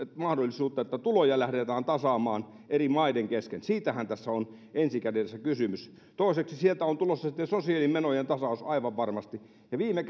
mahdollisuutta että tuloja lähdetään tasaamaan eri maiden kesken siitähän tässä on ensi kädessä kysymys toiseksi sieltä on tulossa sitten sosiaalimenojen tasaus aivan varmasti ja viime